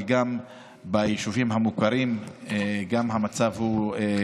אבל גם ביישובים המוכרים המצב קשה,